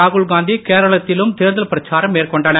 ராகுல் காந்தி கேரளத்திலும் தேர்தல் பிரச்சாரம் மேற்கொண்டனர்